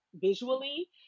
visually